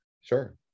Sure